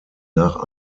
nach